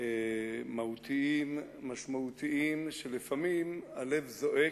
מהותיים, משמעותיים, שלפעמים הלב זועק,